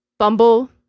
Bumble